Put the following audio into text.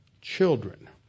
children